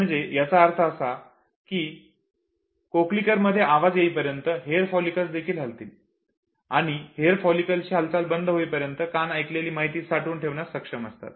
म्हणजे याचा अर्थ असा होईल की कोक्लिअर मध्ये आवाज येईपर्यंत हेअर फॉलिकल्स देखील हलतील आणि हेअर फॉलिकल्सची हालचाल बंद होईपर्यंत कान ऐकलेली माहिती साठवून ठेवण्यास सक्षम असतात